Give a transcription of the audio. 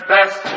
Best